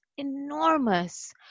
enormous